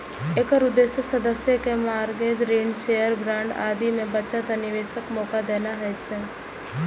एकर उद्देश्य सदस्य कें मार्गेज, ऋण, शेयर, बांड आदि मे बचत आ निवेशक मौका देना होइ छै